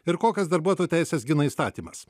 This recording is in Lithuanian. ir kokias darbuotojų teises gina įstatymas